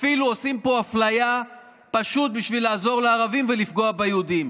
ואפילו עושים פה אפליה פשוט בשביל לעזור לערבים ולפגוע ביהודים,